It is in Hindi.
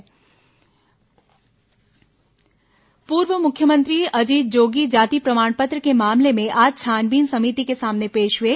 जोगी जाति मामला पूर्व मुख्यमंत्री अजीत जोगी जाति प्रमाण पत्र के मामले में आज छानबीन समिति के सामने पेश हुए